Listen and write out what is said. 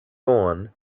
vaughn